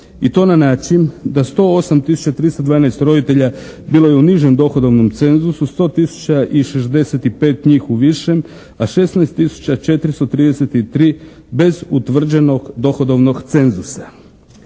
i to na način da 108312 roditelja bilo je u nižem dohodovnom cenzusu. Sto tisuća i 65 njih u višem, a 16433 bez utvrđenog dohodovnog cenzusa.